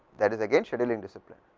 that is again schedule in discipline,